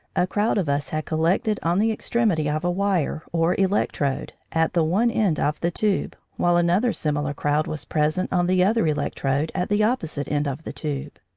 a crowd of us had collected on the extremity of a wire, or electrode, at the one end of the tube, while another similar crowd was present on the other electrode at the opposite end of the tube.